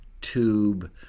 tube